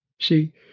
See